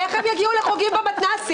איך הם יגיעו לחוגים במתנ"סים?